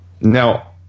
Now